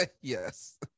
yes